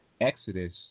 Exodus